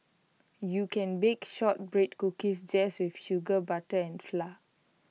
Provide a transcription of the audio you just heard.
you can bake Shortbread Cookies just with sugar butter and flour